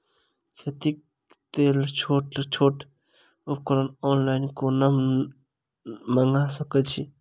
खेतीक लेल छोट छोट उपकरण ऑनलाइन कोना मंगा सकैत छी?